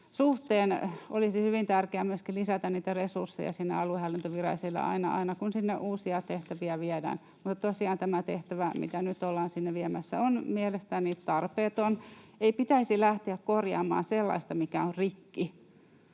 suhteen. Olisi hyvin tärkeää myöskin lisätä resursseja sinne aluehallintovirastoille aina kun sinne uusia tehtäviä viedään. Tosiaan tämä tehtävä, mitä nyt ollaan sinne viemässä, on mielestäni tarpeeton — ei pitäisi lähteä korjaamaan sellaista, mikä ei ole rikki.